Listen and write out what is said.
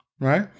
right